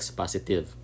positive